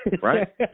Right